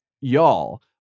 y'all